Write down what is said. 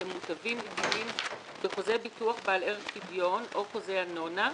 מוטבים יחידים בחוזה ביטוח בעל ערך פדיון או חוזה אנונה,